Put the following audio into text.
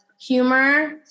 humor